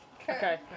Okay